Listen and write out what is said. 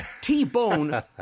T-Bone